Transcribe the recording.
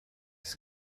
his